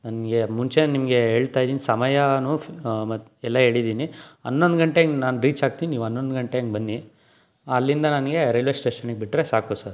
ನನಗೆ ಮುಂಚೆಯೇ ನಿಮಗೆ ಹೇಳ್ತಾ ಇದ್ದೀನಿ ಸಮಯಾನು ಮ ಎಲ್ಲ ಹೇಳಿದ್ದೀನಿ ಹನ್ನೊಂದು ಗಂಟೆಗೆ ನಾನು ರೀಚ್ ಆಗ್ತೀನಿ ನೀವು ಹನ್ನೊಂದು ಗಂಟೆ ಹಾಗೆ ಬನ್ನಿ ಅಲ್ಲಿಂದ ನನಗೆ ರೈಲ್ವೆ ಸ್ಟೇಷನಿಗೆ ಬಿಟ್ಟರೆ ಸಾಕು ಸರ್